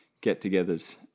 get-togethers